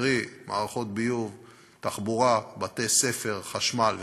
קרי מערכות ביוב, תחבורה, בתי-ספר, חשמל וכדומה,